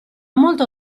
molto